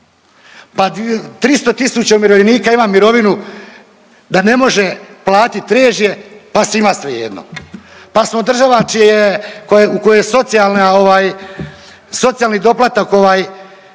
pa 300.000 umirovljenika ima mirovinu da ne može platit režije pa svima svejedno, pa smo država čije u kojoj socijalni doplatak,